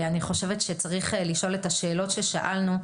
אני חושבת שצריך לשאול את השאלות ששאלנו,